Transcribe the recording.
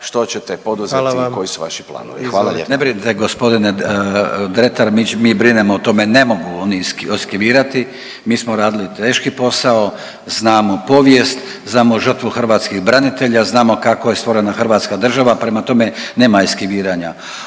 Izvolite odgovor. **Grlić Radman, Gordan (HDZ)** Ne brinite g. Dretar, mi brinemo o tome. Ne mogu oni eskivirati, mi smo radili teški posao, znamo povijest, znamo žrtvu hrvatskih branitelja, znamo kako je stvorena hrvatska država, prema tome, nema eskiviranja.